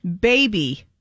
Baby